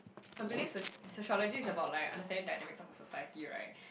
I believe soc~ sociology is about like understanding dynamics of a society right